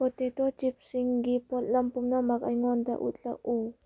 potato ꯆꯤꯞꯁꯤꯡꯒꯤ ꯄꯣꯠꯂꯝ ꯄꯨꯝꯅꯃꯛ ꯑꯩꯉꯣꯟꯗ ꯎꯠꯂꯛꯎ